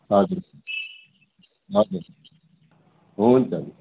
हजुर हजुर हुन्छ हुन्छ